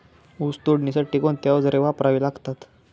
ऊस तोडणीसाठी कोणती अवजारे वापरावी लागतात?